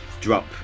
Drop